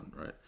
right